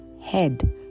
head